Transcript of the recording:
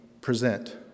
present